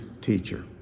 teacher